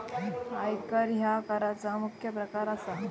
आयकर ह्या कराचा मुख्य प्रकार असा